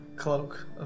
Cloak